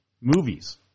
movies